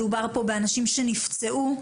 מדובר פה באנשים שנפצעו.